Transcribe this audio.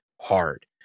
hard